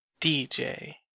DJ